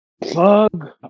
plug